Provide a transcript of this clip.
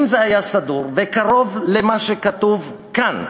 אם זה היה סדור וקרוב למה שכתוב כאן,